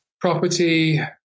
property